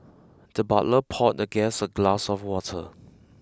the butler poured the guest a glass of water